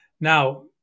Now